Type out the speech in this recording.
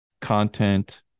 content